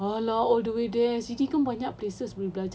!alah! all the way there sini kan banyak places boleh belajar